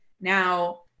now